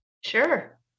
Sure